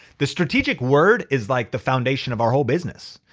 the strategic word is like the foundation of our whole business.